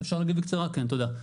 תודה.